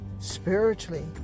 spiritually